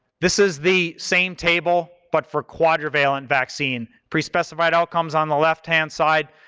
this is the same table, but for quadrivalent vaccine. pre-specified outcomes on the left-hand side,